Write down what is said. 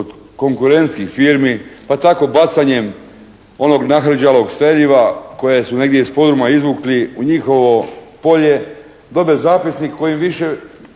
od konkurentskih firmi pa tako bacanjem onog nahrđalog streljiva koje su negdje iz podruma izvukli u njihovo polje, dobe zapisnik kojim više